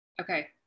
okay